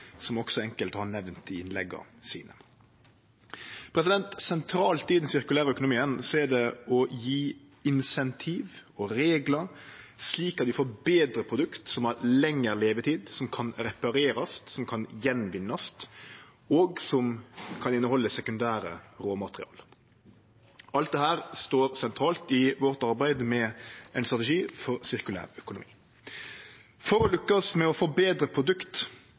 som også enkelte har nemnt i innlegga sine. Sentralt i den sirkulær økonomien er det å gje insentiv og reglar slik at vi får betre produkt, som har lengre levetid, som kan reparerast, som kan gjenvinnast, og som kan innehalde sekundære råmateriale. Alt dette står sentralt i arbeidet vårt med ein strategi for sirkulær økonomi. For å lukkast med å få betre produkt